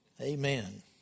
Amen